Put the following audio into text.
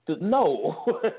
no